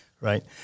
right